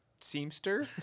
Seamster